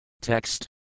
Text